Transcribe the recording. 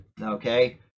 okay